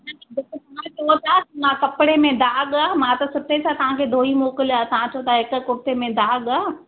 मां कपिड़े में दाॻ आहे मां त सुठे सां तव्हांखे धोई मोकिलिया तव्हां चयो था हिकु कुर्ते में दाॻ आहे